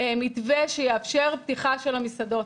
מתווה שיאפשר פתיחה של המסעדות,